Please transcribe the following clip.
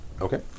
Okay